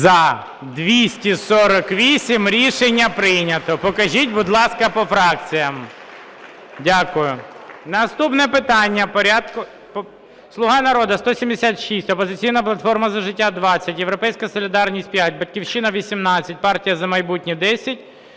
За-248 Рішення прийнято. Покажіть, будь ласка, по фракціям. Дякую. Наступне питання порядку... "Слуга народу" – 176, "Опозиційна платформи – За життя" – 20, "Європейська солідарність" – 5, "Батьківщина" – 18, "Партія "За майбутнє" – 10,